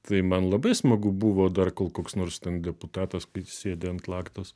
tai man labai smagu buvo dar kol koks nors ten deputatas kai sėdi ant laktos